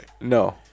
No